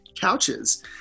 couches